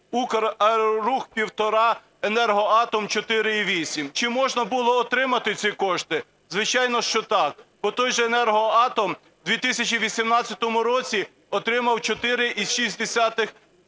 Украерорух - 1,5, Енергоатом - 4,8. Чи можна було отримати ці кошти? Звичайно, що так. Бо той же Енергоатом у 2018 році отримав 4,6